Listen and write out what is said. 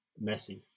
messy